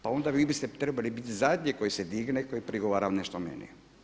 Pa onda vi biste trebali bit zadnji koji se digne i koji prigovara nešto meni.